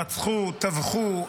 טבחו,